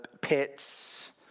pits